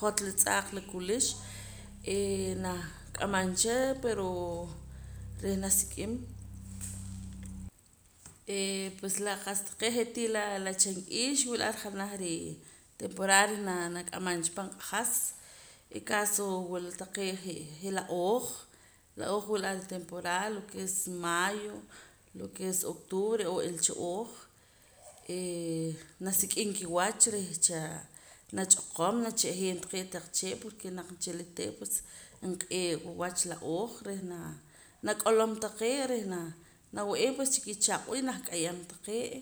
Jotla tz'aaq la kulix eeh nah k'amam cha pero reh nasik'im pues la qa'sa taqee' je' laa la chamk'iix wila ar janaj re'ee temporada reh nak'amam cha reh án q'ajas en caso wula taqee' jee je' la ooj la ooj wila ar ritemporada lo ke es mayo lo ke es octubre oo ilacha ooj eeh nasik'im kiwach reh cha nach'oqom nacha'jeem taqee' taq chee' porque naq nchila teew pues nq'ee'wa wach la ooj reh naa nak'olom taqee' reh naa nawe'eem pues chi kichaq'wa y nah k'ayam taqee'